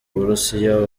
burusiya